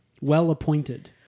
Well-appointed